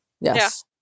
Yes